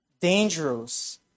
dangerous